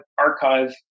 archive